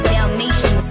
Dalmatian